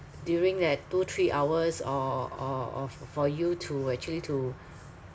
during that two three hours o~ o~ of for you to actually to